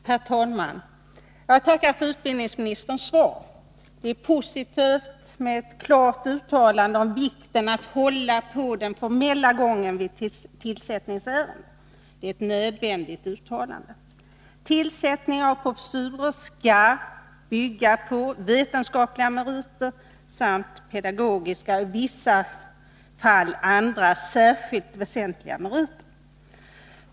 Herr talman! Jag tackar för utbildningsministerns svar. Det är positivt med ett klart uttalande om vikten av att man håller på den formella gången vid tillsättningsärenden. Det är ett nödvändigt uttalande. Tillsättning av professurer skall bygga på vetenskapliga meriter samt pedagogiska och, i vissa fall, andra särskilt väsentliga meriter.